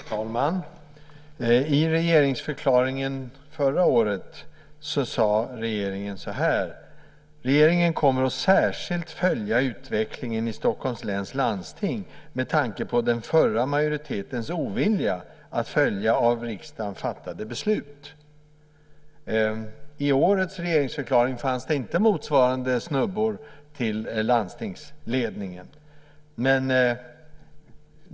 Herr talman! I regeringsförklaringen förra året sade regeringen: Regeringen kommer att särskilt följa utvecklingen i Stockholms läns landsting med tanke på den förra majoritetens ovilja att följa av riksdagen fattade beslut. I årets regeringsförklaring fanns det inte motsvarande snubbor till landstingsledningen.